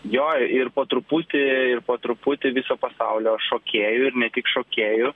jo ir po truputį ir po truputį viso pasaulio šokėjų ir ne tik šokėjų